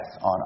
on